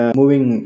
moving